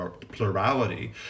plurality